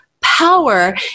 power